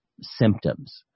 symptoms